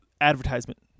advertisement